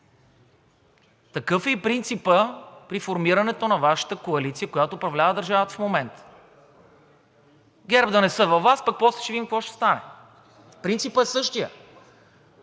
Такъв е и принципът при формирането на Вашата коалиция, която управлява държавата в момента – ГЕРБ да не са на власт, пък после ще видим какво ще стане. Принципът е същият.